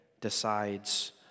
decides